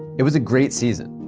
it was a great season.